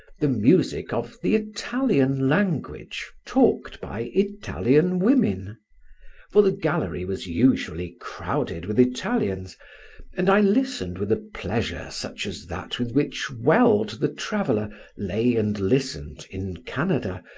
the music of the italian language talked by italian women for the gallery was usually crowded with italians and i listened with a pleasure such as that with which weld the traveller lay and listened, in canada,